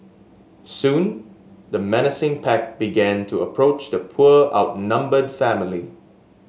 soon the menacing pack began to approach the poor outnumbered family